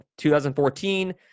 2014